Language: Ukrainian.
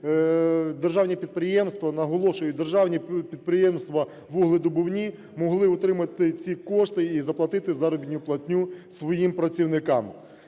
державні підприємства вугледобувні могли отримати ці кошти і заплатити заробітну платню своїм працівникам.